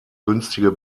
günstige